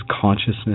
consciousness